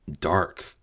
dark